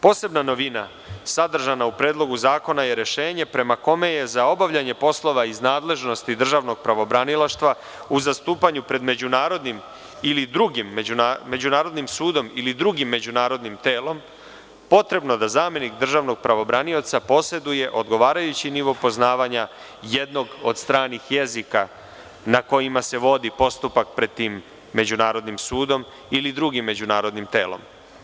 Posebna novina sadržana u Predlogu zakona je rešenje prema kome je za obavljanje poslova iz nadležnosti državnog pravobranilaštva u zastupanju pred Međunarodnim sudom ili drugim međunarodnim telom potrebno da zamenik državnog pravobranioca poseduje odgovarajući nivo poznavanja jednog od stranih jezika na kojima se vodi postupak pred tim Međunarodnim sudom ili drugim međunarodnim telom.